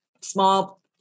small